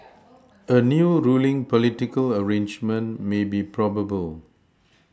a new ruling political arrangement may be probable